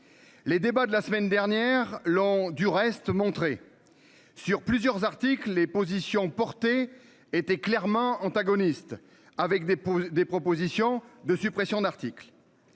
Les débats de la semaine dernière l'ont du reste montré. Sur plusieurs articles les positions. Était clairement antagonistes avec des, des propositions de suppression d'articles.